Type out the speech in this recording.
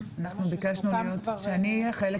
אנחנו ביקשנו שאני אהיה חלק